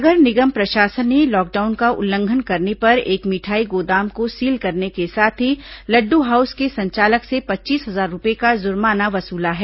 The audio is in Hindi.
नगर निगम प्रशासन ने लॉकडाउन का उल्लंघन करने पर एक मिठाई गोदाम को सील करने के साथ ही लड़डू हाउस के संचालक से पच्चीस हजार रूपए का जुर्माना वसूला है